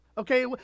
Okay